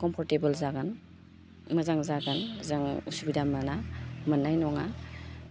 comfortable जागोन मोजां जागोन जों असुबिदा मोना मोन्नाय नङा